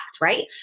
right